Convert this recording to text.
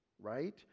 right